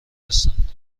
هستند